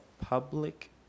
public